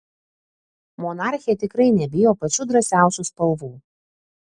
monarchė tikrai nebijo pačių drąsiausių spalvų